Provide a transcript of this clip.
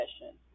session